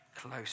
close